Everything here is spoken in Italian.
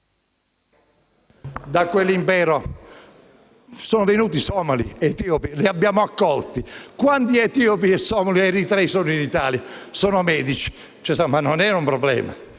dal nostro impero sono venuti somali ed etiopi e li abbiamo accolti. Quanti etiopi, somali o eritrei sono in Italia e sono medici? Ma non era un problema,